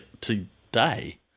today